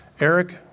Eric